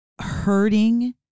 hurting